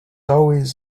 always